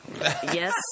Yes